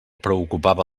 preocupava